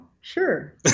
Sure